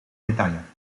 medaille